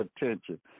attention